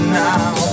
now